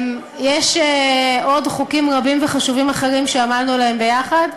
יש עוד חוקים רבים וחשובים אחרים שעמלנו עליהם ביחד,